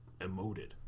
emoted